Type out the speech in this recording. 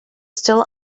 still